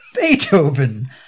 Beethoven